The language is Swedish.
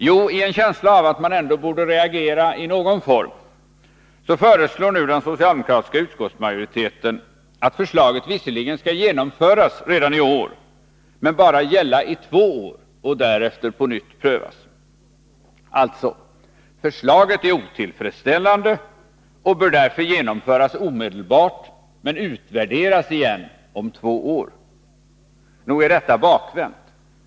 Jo, i en känsla av att man ändå borde reagera i någon form föreslår nu den socialdemokratiska utskottsmajoriteten att förslaget visserligen skall genomföras redan i år, men bara gälla i två år och därefter på nytt prövas. Alltså: Förslaget är otillfredsställande dch bör därför genomföras omedelbart men utvärderas om två år. Nog är detta bakvänt!